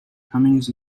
comings